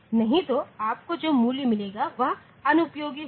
नहीं तो आपको जो मूल्य मिलेगा वह अनुपयोगी होगा